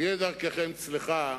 תהיה דרככם צלחה,